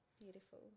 Beautiful